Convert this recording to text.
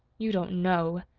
you don't know.